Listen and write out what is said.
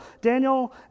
Daniel